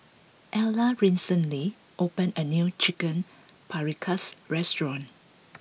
Illa recently opened a new Chicken Paprikas restaurant